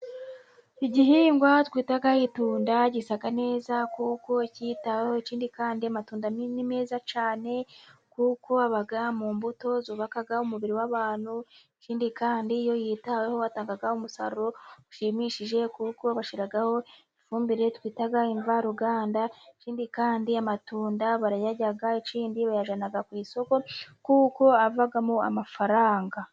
Igihingwa twita itunda, gisa neza, kuko, cyitaweho. Ikindi kandi, amatunda ni meza cyane, kuko aba mu mbuto zubaka umubiri w'abantu. Ikindi kandi, iyo yitaweho, atanga umusaruro ushimishije, kuko bashyiraho ifumbire twita imvaruganda. Ikindi kandi , amatunda barayarya. Ikindi, bayajyana ku isoko kuko avamo amafaranga.